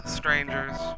strangers